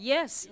Yes